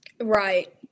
Right